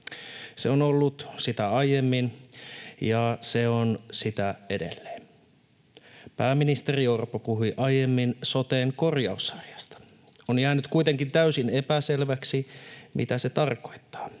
Se on ollut sitä aiemmin ja se on sitä edelleen. Pääministeri Orpo puhui aiemmin soten korjaussarjasta. On jäänyt kuitenkin täysin epäselväksi, mitä se tarkoittaa.